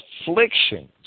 afflictions